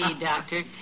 Doctor